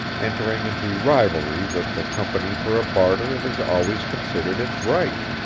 entering into rivalry with the company for a barter it has always considered its right.